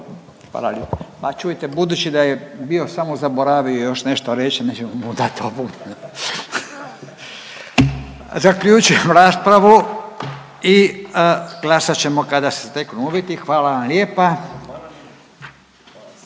Hvala vam lijepa.